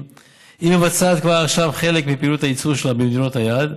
היא מבצעת כבר עכשיו חלק מפעילות הייצור שלה במדינות היעד.